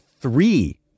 three